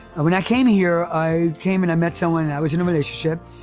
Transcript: and when i came here, i came and i met someone and i was in a relationship,